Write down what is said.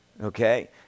Okay